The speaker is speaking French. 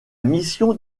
mission